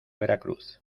veracruz